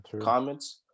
comments